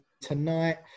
tonight